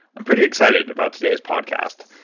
i'm pretty excited about today's podcast.